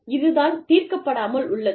இது தான் தீர்க்கப்படாமல் உள்ளது